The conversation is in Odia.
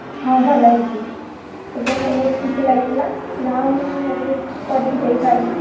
ହଁ ଭଲ ହେଇଛି ସେଦିନ ମୋତେ ବହୁତ ଖୁସି ଲାଗିଥିଲା ଯାହା ହେଉ ମୁଁ ଆର୍ଟଲିଷ୍ଟ କରିକି ଦେଇପାରିଲି